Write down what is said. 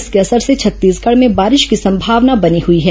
इसके असर से छत्तीसगढ़ में बारिश की संभावना बनी हुई है